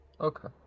Okay